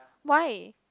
why